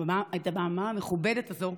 את הבמה המכובדת הזו,